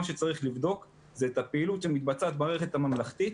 מה שצריך לבדוק זה את הפעילות שמתבצעת במערכת הממלכתית,